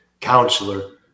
counselor